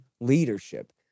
leadership